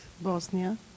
Bosnia